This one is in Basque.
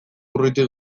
urruti